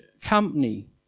company